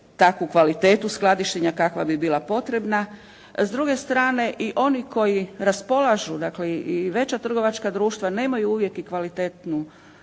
takvu kvalitetu skladištenja kakva bi bila potrebna. S druge strane i oni koji raspolažu dakle i veća trgovačka društva nemaju uvijek i kvalitetnu,